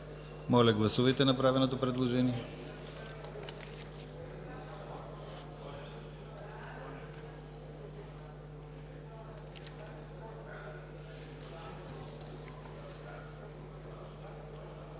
Моля, гласувайте направеното предложение.